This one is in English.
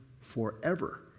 forever